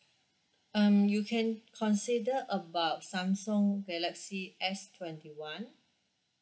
um you can consider about samsung galaxy S twenty one